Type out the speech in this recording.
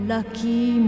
Lucky